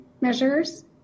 measures